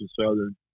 Southern